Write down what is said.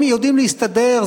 הם יודעים להסתדר,